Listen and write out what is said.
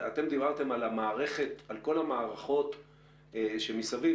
אתם דיברתם על כל המערכות שמסביב,